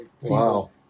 wow